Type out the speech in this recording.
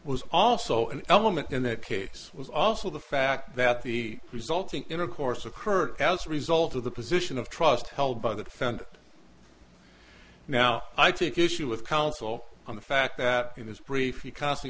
was also an element in that case was also the fact that the resulting intercourse occurred as a result of the position of trust held by the defendant now i take issue with council on the fact that in his brief